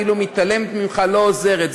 כאילו מתעלמת ממך ולא עוזרת.